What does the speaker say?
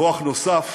כוח נוסף